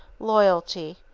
loyalty,